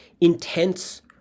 intense